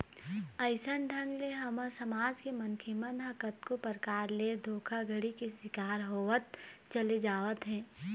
अइसन ढंग ले हमर समाज के मनखे मन ह कतको परकार ले धोखाघड़ी के शिकार होवत चले जावत हे